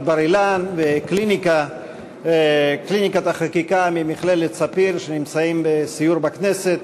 בר-אילן וקליניקת החקיקה במכללת ספיר שנמצאים בסיור בכנסת,